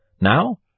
Now